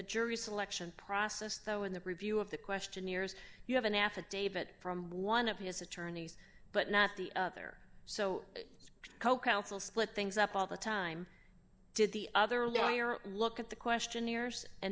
jury selection process though in the preview of the questionnaires you have an affidavit from one of his attorneys but not the other so co counsel split things up all the time did the other lawyer look at the questionnaires and